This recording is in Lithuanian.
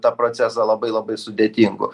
tą procesą labai labai sudėtingu